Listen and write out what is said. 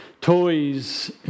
toys